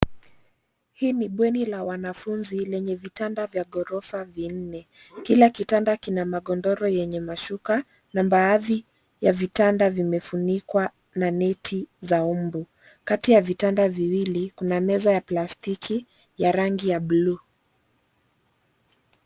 Hili ni bweni la wanafunzi lenye vitanda vya ghorofa vinne, kila kitanda kina magodoro yenye mashuka na baadhi ya vitanda vimefunikwa na neti za mbu, kati ya vitanda viwili kuna meza ya plastiki ya rangi ya bluu.